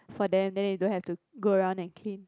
for them then they don't have to go around and clean